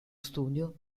studio